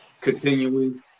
continuing